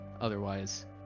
otherwise